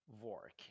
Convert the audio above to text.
work